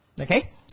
Okay